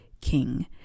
King